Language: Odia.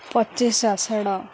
ପଚିଶି ଆଷାଡ଼